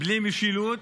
בלי משילות,